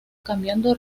cambiando